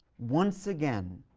once again,